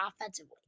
offensively